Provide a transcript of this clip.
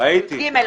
ביום רביעי,